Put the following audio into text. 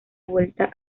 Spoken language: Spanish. vuelta